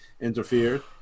interfered